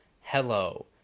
hello